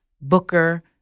Booker